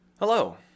Hello